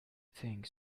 think